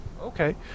Okay